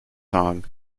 song